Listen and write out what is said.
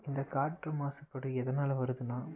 இந்த காற்று மாசுபாடு எதனால் வருதுனால்